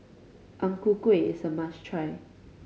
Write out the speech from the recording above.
Ang Ku Kueh is a must try